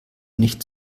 nicht